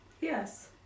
yes